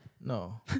No